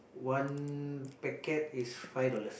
one packet is five dollars